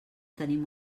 tenim